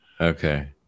okay